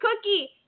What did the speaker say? Cookie